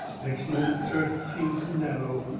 next moment the earth seemed too narrow,